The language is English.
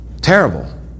Terrible